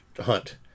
hunt